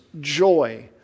Joy